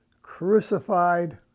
crucified